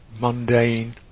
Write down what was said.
mundane